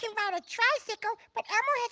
can ride a tricycle, but elmo